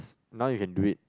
now you can do it